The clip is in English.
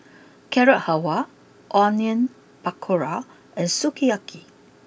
Carrot Halwa Onion Pakora and Sukiyaki